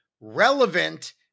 relevant